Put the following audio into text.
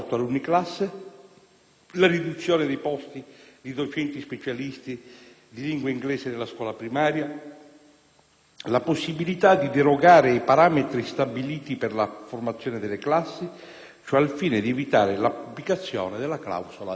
la riduzione dei posti di docenti specialisti di lingua inglese nella scuola primaria, la possibilità di derogare ai parametri stabiliti per la formazione delle classi; ciò, al fine di evitare l'applicazione della clausola di salvaguardia.